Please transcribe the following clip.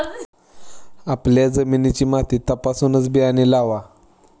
आपल्या जमिनीची माती तपासूनच बियाणे लावा